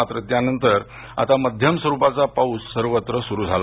मात्र त्यांनतर आता मध्यम स्वरूपाचा पाऊस सर्वत्र सुरू झाला